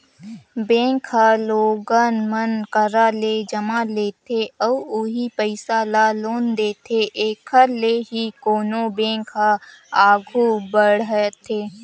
bank ह लोगन मन करा ले जमा लेथे अउ उहीं पइसा ल लोन देथे एखर ले ही कोनो बेंक ह आघू बड़थे